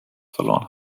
verloren